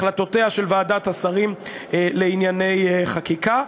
החלטותיה של ועדת השרים לענייני חקיקה,